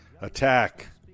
attack